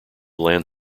land